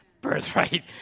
Birthright